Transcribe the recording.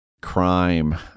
crime